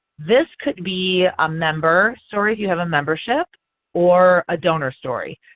this could be a member story if you have a membership or a donor story.